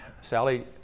Sally